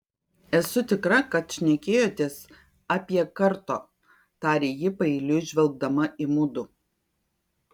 esu tikra kad šnekėjotės apie karto tarė ji paeiliui žvelgdama į mudu